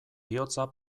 bihotza